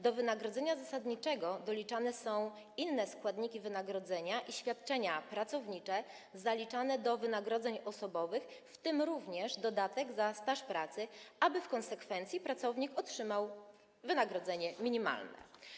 Do wynagrodzenia zasadniczego doliczane są inne składniki wynagrodzenia i świadczenia pracownicze zaliczane do wynagrodzeń osobowych, w tym również dodatek za staż pracy, aby w konsekwencji pracownik otrzymał wynagrodzenie minimalne.